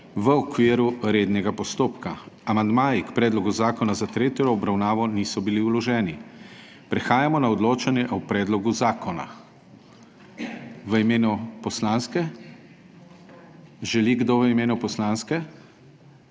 v okviru rednega postopka. Amandmaji k predlogu zakona za tretjo obravnavo niso bili vloženi. Prehajamo na odločanje o predlogu zakona. Želi kdo v imenu poslanske